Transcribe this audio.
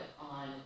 on